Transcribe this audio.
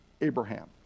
Abraham